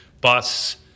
bus